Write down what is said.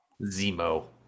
Zemo